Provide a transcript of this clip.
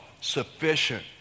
sufficient